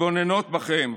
מתבוננות בכם.